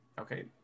Okay